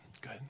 Good